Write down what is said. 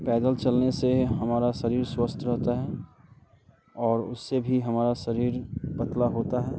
पैदल चलने से हमारा शरीर स्वस्थ रहता है